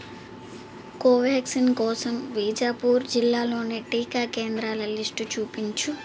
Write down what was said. కోవ్యాక్సిన్ కోసం బీజాపూర్ జిల్లాలోని టీకా కేంద్రాల లిస్టు చూపించుము